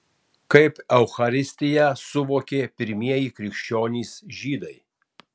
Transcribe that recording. kaip eucharistiją suvokė pirmieji krikščionys žydai